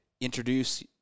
introduce